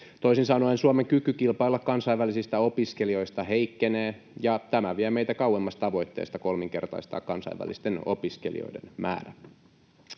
Toisin sanoen Suomen kyky kilpailla kansainvälisistä opiskelijoista heikkenee, ja tämä vie meitä kauemmas tavoitteista kolminkertaistaa kansainvälisten opiskelijoiden määrä.